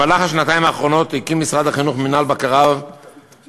בשנתיים האחרונות הקים משרד החינוך מינהל בקרה ואכיפה,